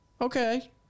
Okay